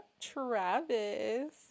Travis